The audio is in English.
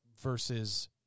versus